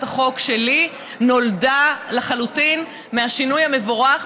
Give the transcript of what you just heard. החוק שלי נולדה לחלוטין מהשינוי המבורך,